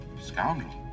Scoundrel